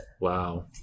wow